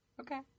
Okay